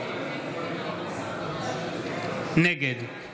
נגד שלי